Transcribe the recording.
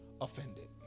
offended